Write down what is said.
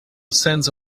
sense